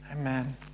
Amen